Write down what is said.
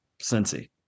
Cincy